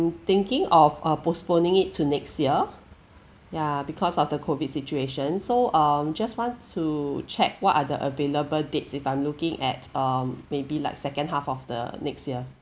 thinking of uh postponing it to next year ya because of the COVID situation so um just want to check what are the available dates if I'm looking at um maybe like second half of the next year